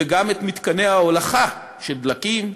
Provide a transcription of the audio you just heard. וגם את מתקני ההולכה של דלקים,